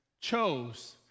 chose